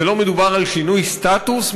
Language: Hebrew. לא מדובר על שינוי סטטוס,